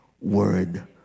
word